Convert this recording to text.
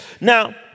Now